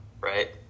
right